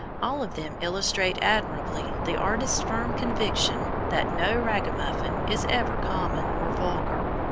all of them illustrate admirably the artist's firm conviction that no ragamuffin is ever common or vulgar.